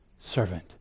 servant